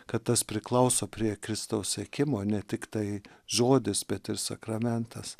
kad tas priklauso prie kristaus sekimo ne tiktai žodis bet ir sakramentas